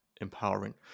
empowering